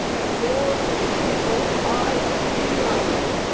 bored people high on mediocrity.